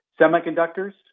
Semiconductors